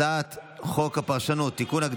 הצעת חוק הפרשנות (תיקון,